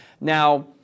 Now